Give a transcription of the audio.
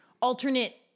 alternate